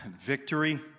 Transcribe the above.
Victory